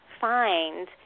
find